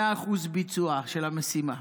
100% ביצוע של המשימה.